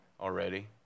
already